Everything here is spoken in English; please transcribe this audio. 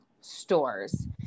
stores